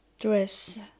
dress